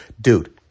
dude